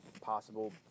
possible